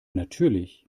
natürlich